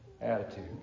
attitude